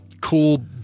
cool